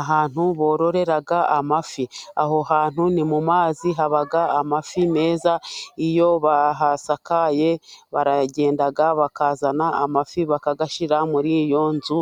Ahantu bororera amafi. Aho hantu ni mu mazi haba amafi meza. Iyo bahasakaye baragenda bakazana amafi bakayashyira muri iyo nzu,